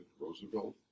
Roosevelt